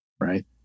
right